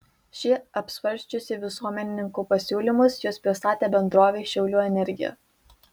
ši apsvarsčiusi visuomenininkų pasiūlymus juos pristatė bendrovei šiaulių energija